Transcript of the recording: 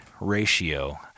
ratio